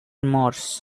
remorse